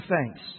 thanks